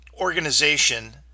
organization